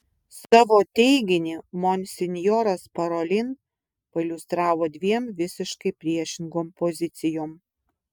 savo teiginį monsinjoras parolin pailiustravo dviem visiškai priešingom pozicijom